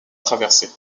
traverser